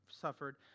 suffered